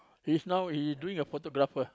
he's not he doing a photographer